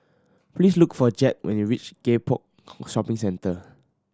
please look for Jett when you reach Gek Poh Shopping Centre